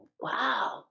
Wow